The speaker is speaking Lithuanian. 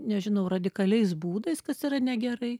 nežinau radikaliais būdais kas yra negerai